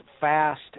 fast